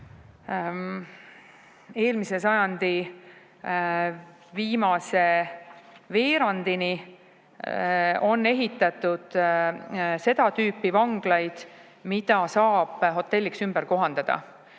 eelmise sajandi viimase veerandini on ehitatud seda tüüpi vanglaid, mida saab hotelliks ümber kohandada: